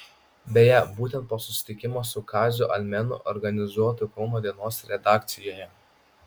beje būtent po susitikimo su kaziu almenu organizuotu kauno dienos redakcijoje